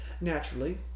Naturally